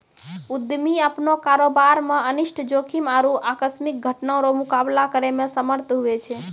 उद्यमी अपनो कारोबार मे अनिष्ट जोखिम आरु आकस्मिक घटना रो मुकाबला करै मे समर्थ हुवै छै